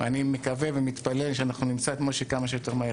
אני מקווה ומתפלל שאנחנו נמצא את מויישי כמה שיותר מהר.